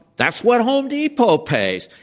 that's what home depot pays.